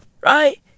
right